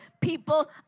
people